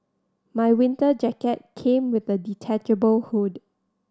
my winter jacket came with a detachable hood